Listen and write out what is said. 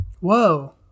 whoa